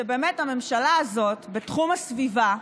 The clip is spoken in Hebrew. שהממשלה הזאת, בתחום הסביבה,